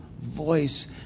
voice